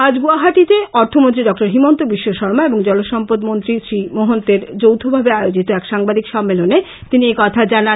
আজ গৌহাটীতে অর্থমন্ত্রী ডঃ হিমন্ত বিশ্ব শর্মা এবং জলসম্পদমন্ত্রী শ্রী মহন্তের যৌথভাবে আয়োজিত এক সাংবাদিক সম্মেলনে তিনি একথা জানান